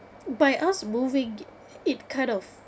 by us moving it kind off